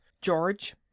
George